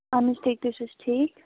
آہَن حظ ٹھیٖک تُہی چھُ حظ ٹھیٖک